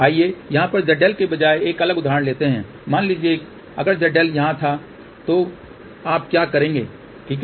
आइए यहां पर ZL के बजाय एक अलग उदाहरण लेते हैं मान लीजिए अगर ZL यहां था तो आप क्या करेंगे ठीक है